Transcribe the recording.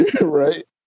Right